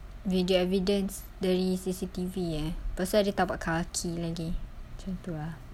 video evidence dari C_C_T_V eh pasal ada tapak kaki lagi macam tu ah